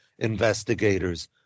investigators